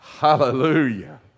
Hallelujah